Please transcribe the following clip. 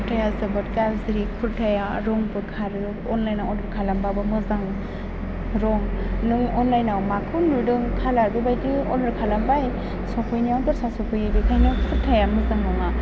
कुर्ताया जोबोद गाज्रि कुर्ताया रंबो खारो अनलाइनआव अर्डार खालामबाबो मोजां रं नों अनलाइआव माखौ नुदों कालार बेबायदि अर्डार खालामबाय सफैनायाव दस्रा सफैयो बेखायनो कुर्ताया मोजां नङा